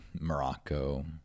Morocco